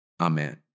Amen